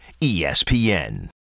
ESPN